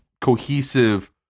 cohesive